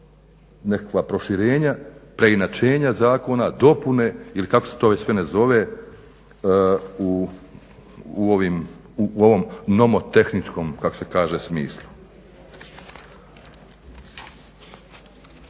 nekakva proširenja, preinačenja zakona, dopune ili kako se to već sve ne zove u ovom nomotehničkom smislu.